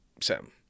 sam